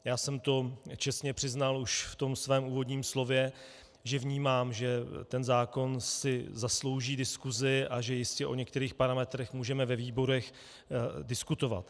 Já jsem to čestně přiznal už ve svém úvodním slově, že vnímám, že ten zákon si zaslouží diskusi a že jistě o některých parametrech můžeme ve výborech diskutovat.